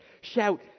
Shout